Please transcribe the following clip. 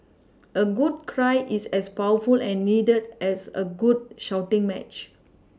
a good cry is as powerful and needed as a good shouting match